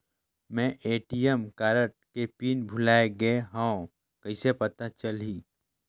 मैं ATM card के PIN भुलाए गे हववं कइसे पता चलही?